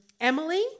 Emily